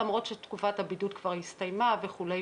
למרות שתקופת הבידוד כבר הסתיימה וכולי.